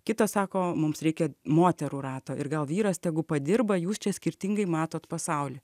kitas sako mums reikia moterų rato ir gal vyras tegu padirba jūs čia skirtingai matot pasaulį